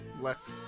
less